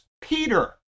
Peter